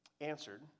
answered